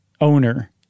owner